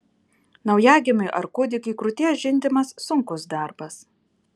naujagimiui ar kūdikiui krūties žindimas sunkus darbas